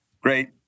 great